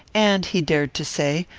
and, he dared to say,